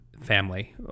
family